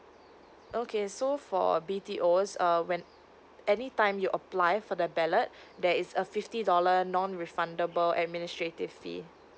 okay so for err B_T_O uh when any time you apply for the ballot there is a fifty dollar non refundable administrative fee